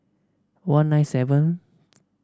one nine seven